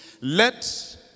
let